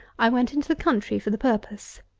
i went into the country for the purpose.